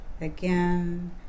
again